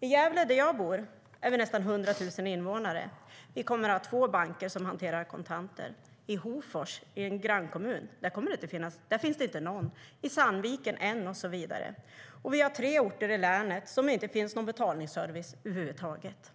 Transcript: I Gävle där jag bor är vi nästan 100 000 invånare. Vi kommer att ha två banker som hanterar kontanter. I Hofors, grannkommunen, finns det ingen. I Sandviken finns det en, och så vidare. Vi har tre orter i länet där det inte finns någon betalservice över huvud taget.